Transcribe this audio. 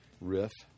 riff